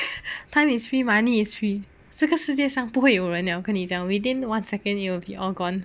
time is free money is free 这个世界上不会有人 liao 跟你讲 within one second it will be all gone